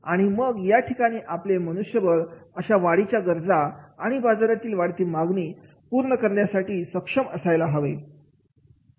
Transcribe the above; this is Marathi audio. आणि मग या ठिकाणी आपले मनुष्यबळ अशा वाढीच्या गरजा आणि बाजारातील वाढती मागणी परिपूर्ण करण्यासाठी सक्षम असायला हवे